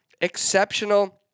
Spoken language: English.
exceptional